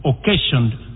occasioned